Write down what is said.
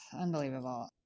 unbelievable